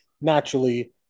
naturally